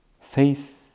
Faith